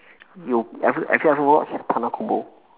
you ever have you ever watch tanah kubur